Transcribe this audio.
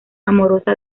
amorosa